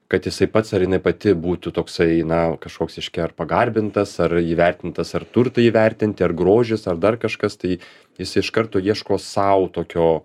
kad jisai pats ar jinai pati būtų toksai na kažkoks reiškia ar pagarbintas ar įvertintas ar turtai įvertinti ar grožis ar dar kažkas tai jis iš karto ieško sau tokio